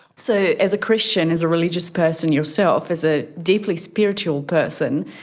so as a christian, as a religious person yourself, as a deeply spiritual person,